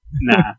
Nah